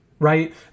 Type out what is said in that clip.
Right